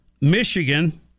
Michigan